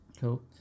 Cool